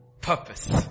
Purpose